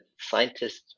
scientists